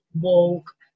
woke